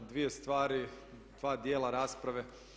Dvije stvari, dva dijela rasprave.